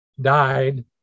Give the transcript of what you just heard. died